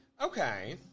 Okay